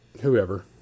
Whoever